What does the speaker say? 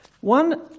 One